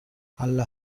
alla